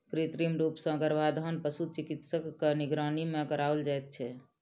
कृत्रिम रूप सॅ गर्भाधान पशु चिकित्सकक निगरानी मे कराओल जाइत छै